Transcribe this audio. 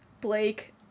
Blake